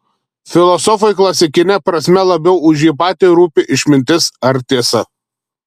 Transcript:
filosofui klasikine prasme labiau už jį patį rūpi išmintis ar tiesa